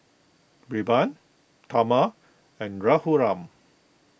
Birbal Tharman and Raghuram